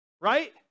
Right